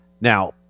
Now